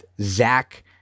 Zach